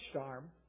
arm